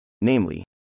namely